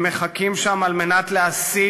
הם מחכים שם כדי להסית,